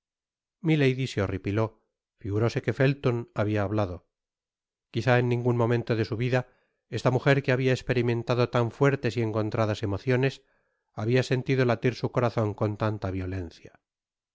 milady se horripiló figuróse que felton habia hablado quizá en ningun momento de su vida esta mujer que habia esperimentado tan fuertes y encontradas emociones habia sentido latir su corazon con tal violencia